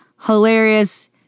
Hilarious